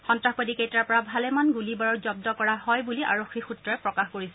সন্তাসবাদী কেইটাৰ পৰা ভালেমান গুলী বাৰুদ জব্দ কৰা হয় বুলি আৰক্ষী সূত্ৰই প্ৰকাশ কৰিছে